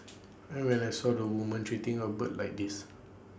I rely saw the woman treating A bird like this